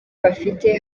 bafite